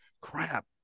crap